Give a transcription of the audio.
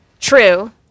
True